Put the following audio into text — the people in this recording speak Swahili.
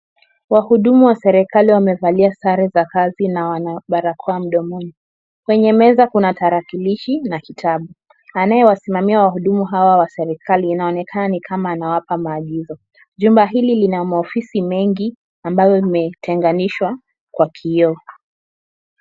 Wahudumu wa serikali wamevalia sare za kazi na wanabarakoa mdomoni. Kwenye meza kuna tarakilishi na kitabu. Anae wasimamia wahudumu hawa wa serikali inaonekani kama anawapa maagizo. Jumba hili lina maofisi mengi ambayo imetenganishwa kwa kioo.